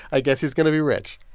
i guess he's going to be rich